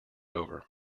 over